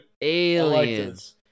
Aliens